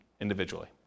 individually